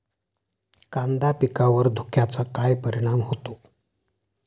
कांदा पिकावर धुक्याचा काय परिणाम होतो?